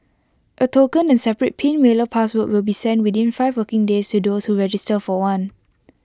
A token and separate pin mailer password will be sent within five working days to those who register for one